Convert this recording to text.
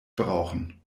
brauchen